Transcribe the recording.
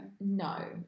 no